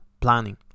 planning